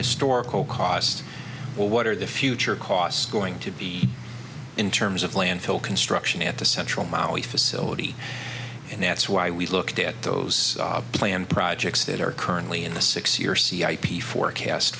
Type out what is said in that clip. historical cost well what are the future costs going to be in terms of landfill construction at the central maui facility and that's why we looked at those planned projects that are currently in a six year sea ip forecast